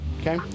Okay